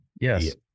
Yes